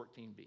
14b